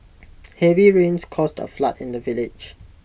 heavy rains caused A flood in the village